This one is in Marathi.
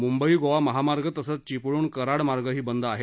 मुंबई गोवा महामार्ग तसंच चिपळूण कराड मार्गही बंद आहे